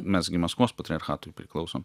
mes gi maskvos patriarchatui priklausom